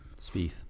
Spieth